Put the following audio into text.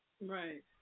right